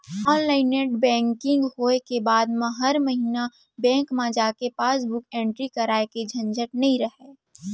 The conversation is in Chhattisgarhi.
ऑनलाइन नेट बेंकिंग होय के बाद म हर महिना बेंक म जाके पासबुक एंटरी करवाए के झंझट नइ रहय